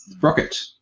Rocket